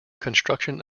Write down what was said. construction